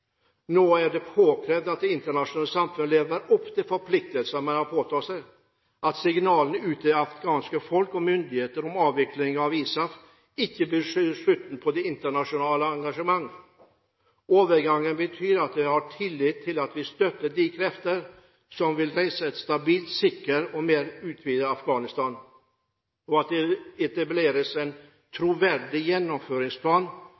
Nå er det påkrevd at det internasjonale samfunn lever opp til forpliktelsene man har påtatt seg, at signalene ut til det afghanske folk og myndigheter om avvikling av ISAF ikke betyr slutten på det internasjonale engasjement. Overgangen betyr at de har tillit til at vi støtter de krefter som vil reise et stabilt, sikkert og mer utvidet Afghanistan, at det etableres en